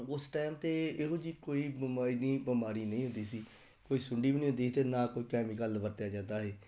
ਉਸ ਟਾਈਮ 'ਤੇ ਇਹੋ ਜਿਹੀ ਕੋਈ ਬਿਮਾਰੀ ਨਹੀਂ ਬਿਮਾਰੀ ਨਹੀਂ ਹੁੰਦੀ ਸੀ ਕੋਈ ਸੁੰਡੀ ਵੀ ਨਹੀਂ ਹੁੰਦੀ ਸੀ ਅਤੇ ਨਾ ਕੋਈ ਕੈਮੀਕਲ ਵਰਤਿਆ ਜਾਂਦਾ ਸੀ